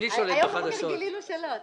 היום בבוקר גילינו שלא...